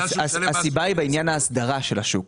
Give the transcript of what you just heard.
הסיבה נעוצה בעניין ההסדרה של השוק.